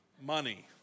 money